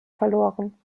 verloren